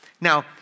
Now